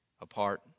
apart